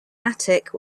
attic